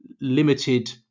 limited